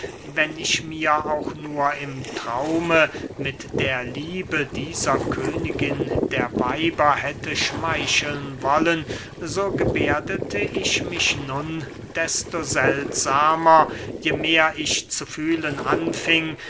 wenn ich mir auch nur im traume mit der liebe dieser königin der weiber hätte schmeicheln wollen so gebehrdete ich mich nun desto seltsamer je mehr ich zu fühlen anfing